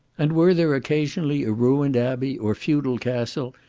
and were there occasionally a ruined abbey, or feudal castle,